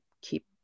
keep